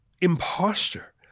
imposter